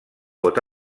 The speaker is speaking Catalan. pot